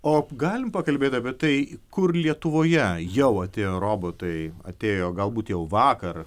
o galim pakalbėt apie tai kur lietuvoje jau atėjo robotai atėjo galbūt jau vakar